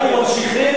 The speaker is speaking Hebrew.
אנחנו ממשיכים,